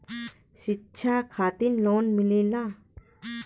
शिक्षा खातिन लोन मिलेला?